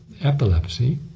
epilepsy